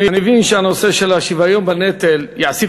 אני מבין שהנושא של השוויון בנטל יעסיק